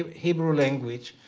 ah hebrew language